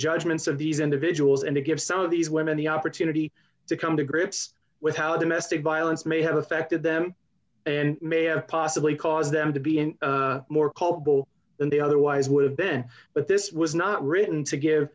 judgments of these individuals and to give some of these women the opportunity to come to grips with how domestic violence may have affected them and may have possibly caused them to be more culpable than they otherwise would have been but this was not written to give